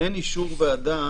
אין אישור ועדה